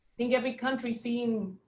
think every country seen